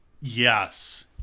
Yes